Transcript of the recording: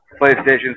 PlayStation